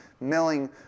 milling